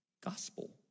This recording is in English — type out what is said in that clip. Gospel